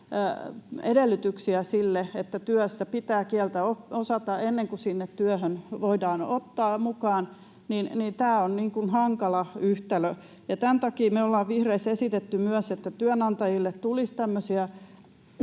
edellytyksiä sille, että työssä pitää kieltä osata, ennen kuin sinne työhön voidaan ottaa mukaan, niin tämä on hankala yhtälö. Tämän takia me olemme vihreissä esittäneet myös, että työnantajille tulisi